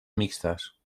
mixtes